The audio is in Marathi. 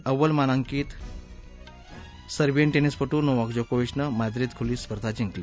अव्वल मानांकित सर्बियन टर्मिसपटू नोवाक जोकोविचनसिद्रीद खुली स्पर्धा जिंकली